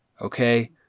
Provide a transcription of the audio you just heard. okay